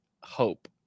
hope